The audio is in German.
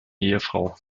ehefrau